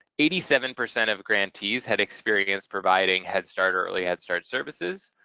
eighty-seven percent of grantees had experience providing head start or early head start services.